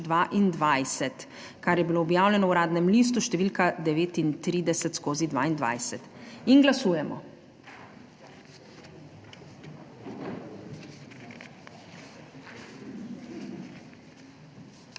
kar je bilo objavljeno v Uradnem listu številka 39/22. Glasujemo.